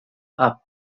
are